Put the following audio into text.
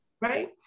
right